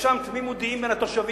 יש שם תמימות דעים בין התושבים,